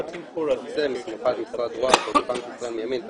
וגם תכניות שתיכף נדבר עליהן קצת מעבר --- סליחה שאני קוטע אותך,